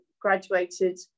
graduated